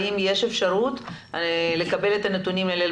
האם יש אפשרות לקבל את הנתונים האלה